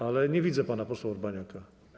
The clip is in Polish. Ale nie widzę pana posła Urbaniaka.